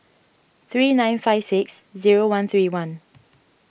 three nine five six zero one three one